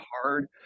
hard